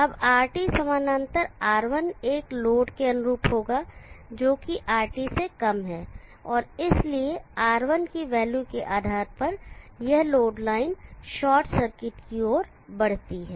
अब RT समानांतर R1 एक लोड के अनुरूप होगा जो कि RT से कम है और इसलिए R1 की वैल्यू के आधार पर यह लोड लाइन शॉर्ट सर्किट की ओर बढ़ती है